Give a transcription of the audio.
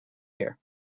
here